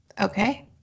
okay